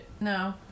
No